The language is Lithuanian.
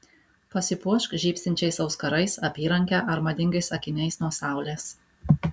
pasipuošk žybsinčiais auskarais apyranke ar madingais akiniais nuo saulės